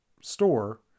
store